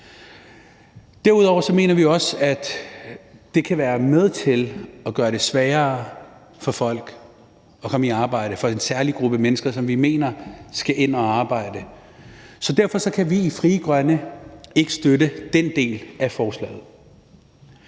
Derudover mener vi også, at det kan være med til at gøre det sværere at komme i arbejde for en særlig gruppe mennesker, som vi mener skal ind og arbejde. Derfor kan vi i Frie Grønne ikke støtte den del af forslaget.